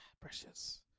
precious